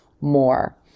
more